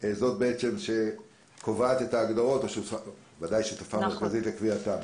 זו שקובעת את ההגדרות או בוודאי שותפה מרכזית לקביעתן.